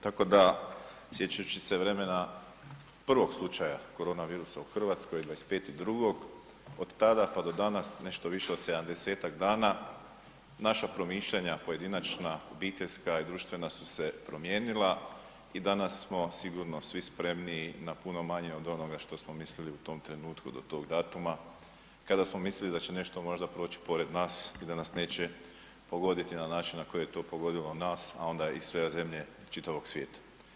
Tako da, sjećajući se vremena prvog slučaja koronavirusa u Hrvatskoj 25.2., od tada pa do danas, nešto više od 70-tak dana naša promišljanja pojedinačna, obiteljska i društvena su se promijenila i danas smo sigurno svi spremniji na puno manje od onoga što smo mislili u tom trenutku do tog datuma, kada smo mislili da će nešto proći pored nas i da nas neće pogoditi na način na koji je to pogodilo nas, a onda i sve zemlje čitavog svijeta.